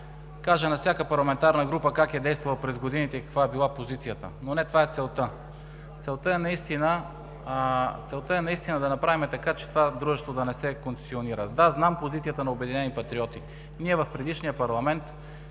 кажа на всяка парламентарна група как е действала през годините и каква е била позицията, но не това е целта. Целта е наистина да направим така, че това дружество да не се концесионира. Да, знам позицията на „Обединени патриоти“. Ние в предишния парламент,